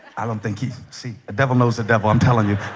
i don't think he see a devil knows the devil i'm telling you.